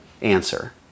answer